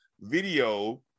video